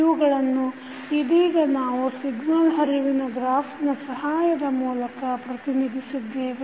ಇವುಗಳನ್ನು ಇದೀಗ ನಾವು ಸಿಗ್ನಲ್ ಹರಿವಿನ ಗ್ರಾಫಿನ ಸಹಾಯದ ಮೂಲಕ ಪ್ರತಿನಿಧಿಸಿದ್ದೇವೆ